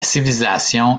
civilisation